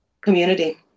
community